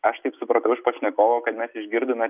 aš taip supratau iš pašnekovo kad mes išgirdome